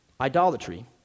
idolatry